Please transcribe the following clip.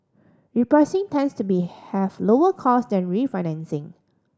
repricing tends to be have lower cost than refinancing